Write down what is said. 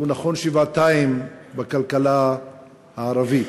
הוא נכון שבעתיים בכלכלה הערבית,